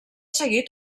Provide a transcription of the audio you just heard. seguit